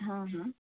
ಹಾಂ ಹಾಂ